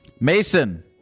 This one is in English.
Mason